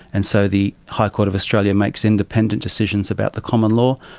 and so the high court of australia makes independent decisions about the common law.